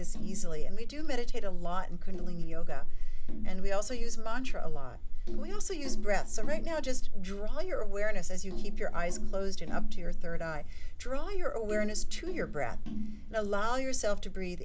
this easily and we do meditate a lot and continue yoga and we also use montra a lot we also use breath so right now just draw your awareness as you keep your eyes closed and up to your third eye draw your awareness to your breath and allow yourself to breathe